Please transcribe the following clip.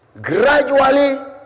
Gradually